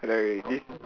this